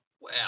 wow